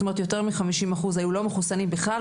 זאת אומרת יותר מ-50% היו לא מחוסנים בכלל,